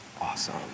Awesome